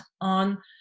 on